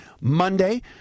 Monday